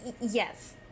Yes